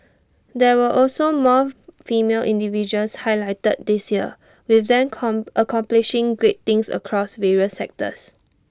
there were also more female individuals highlighted this year with them come accomplishing great things across various sectors